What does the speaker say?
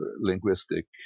linguistic